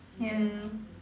ya